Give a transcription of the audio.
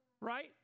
right